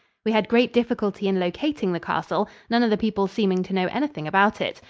we had great difficulty in locating the castle, none of the people seeming to know anything about it,